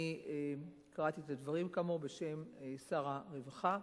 כאמור, קראתי את הדברים בשם שר הרווחה.